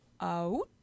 out